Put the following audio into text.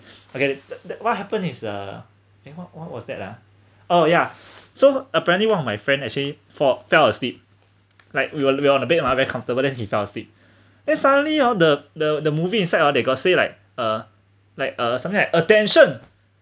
okay th~ th~ then what happen is uh eh what what was that ah oh ya so apparently one of my friend actually fo~ fell asleep like we will we are on the bed mah very comfortable then he fell asleep they suddenly oh the the the movie inside ah they got say like uh like uh something like attention